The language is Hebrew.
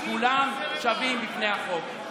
כי כולם שווים בפני החוק.